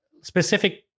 specific